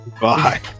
bye